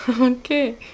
Okay